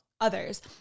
others